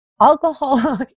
alcohol